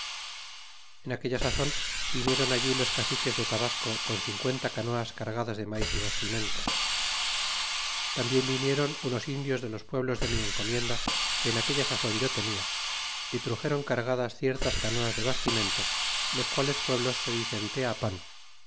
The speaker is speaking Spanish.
en aquella sazon viniéron allí los caciques de tabasco con cincuenta canoas cargadas de maíz y bastimentos tambien viniéron unos indios de los pueblos de mi encomienda que en aquella sazon yo tenia é truxéron cargadas ciertas canoas de bastimentos los quales pueblos se dicen teapan é